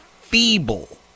feeble